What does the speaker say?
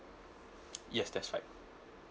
yes that's right